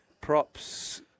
Props